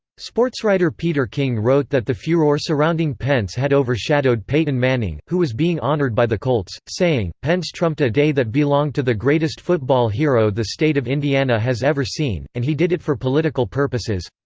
sportswriter peter king wrote that the furor surrounding pence had overshadowed peyton manning, who was being honored by the colts, saying, pence trumped a day that belonged to the greatest football hero the state of indiana has ever seen, and he did it for political purposes.